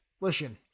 Listen